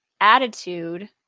Attitude